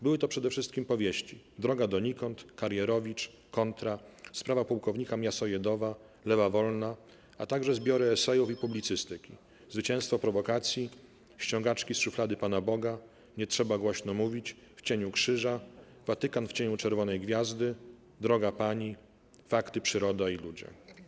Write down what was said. Były to przede wszystkim powieści: 'Droga donikąd', 'Karierowicz', 'Kontra', 'Sprawa pułkownika Miasojedowa', 'Lewa wolna', a także zbiory esejów i publicystyki: 'Zwycięstwo prowokacji', 'Ściągaczki z szuflady Pana Boga', 'Nie trzeba głośno mówić', 'W cieniu krzyża', 'Watykan w cieniu czerwonej gwiazdy', 'Droga Pani...', 'Fakty, przyroda i ludzie'